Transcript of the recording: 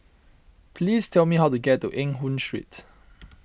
please tell me how to get to Eng Hoon Street